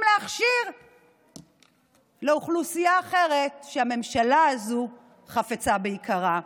להכשיר לאוכלוסייה אחרת שהממשלה הזו חפצה ביקרה.